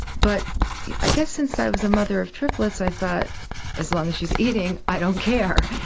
but i guess since i was a mother of triplets i thought as long as she's eating i don't care.